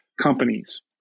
companies